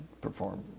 perform